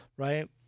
right